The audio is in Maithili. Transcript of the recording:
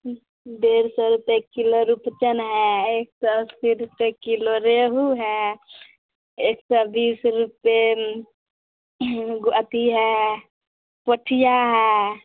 डेढ़ सए रुपए किलो रुपचन है एक सए अस्सी रुपए किलो रेहु है एक सए बीस रुपए अथी है पोठिआ है